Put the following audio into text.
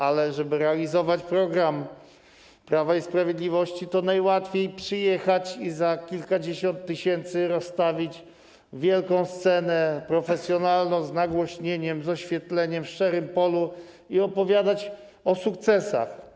Ale żeby realizować program Prawa i Sprawiedliwości, to najłatwiej przyjechać i za kilkadziesiąt tysięcy rozstawić wielką scenę, profesjonalną, z nagłośnieniem, z oświetleniem, w szczerym polu, i opowiadać o sukcesach.